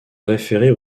référer